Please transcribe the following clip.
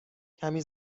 کمی